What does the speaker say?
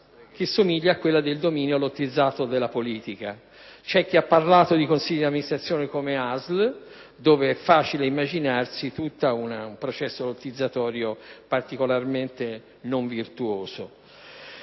che somiglia a quella del dominio lottizzato della politica. C'è chi ha parlato di consigli di amministrazione come ASL, dove è facile immaginarsi un processo lottizzatorio particolarmente non virtuoso.